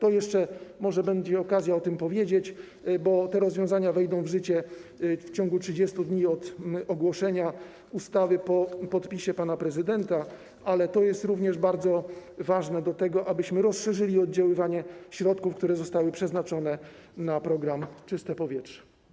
Może jeszcze będzie okazja o tym powiedzieć, bo te rozwiązania wejdą w życie w ciągu 30 dni od dnia ogłoszenia ustawy po podpisie pana prezydenta, ale to jest również bardzo ważne do tego, abyśmy rozszerzyli oddziaływanie środków, które zostały przeznaczone na program „Czyste powietrze”